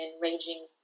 ranging